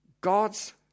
God's